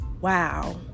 wow